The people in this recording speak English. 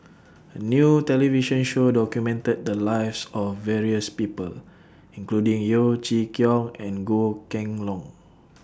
A New television Show documented The Lives of various People including Yeo Chee Kiong and Goh Kheng Long